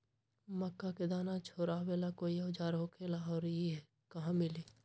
मक्का के दाना छोराबेला कोई औजार होखेला का और इ कहा मिली?